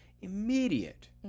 Immediate